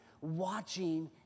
watching